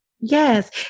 Yes